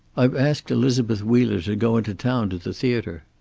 i've asked elizabeth wheeler to go into town to the theater.